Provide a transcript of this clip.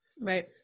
Right